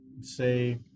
say